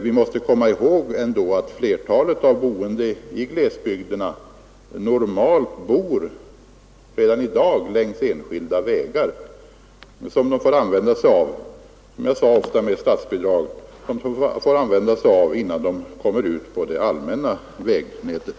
Vi måste komma ihåg att flertalet av de boende i glesbygderna redan i dag normalt bor längs enskilda vägar som de får använda sig av — och för vilka man ofta får statsbidrag — innan de kommer ut på det allmänna vägnätet.